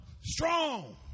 Strong